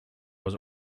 was